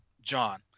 John